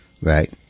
Right